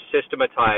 systematized